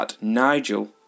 Nigel